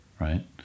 right